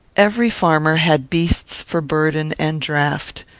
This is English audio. every farmer had beasts for burden and draught.